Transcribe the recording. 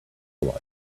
life